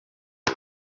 ubu